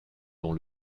dont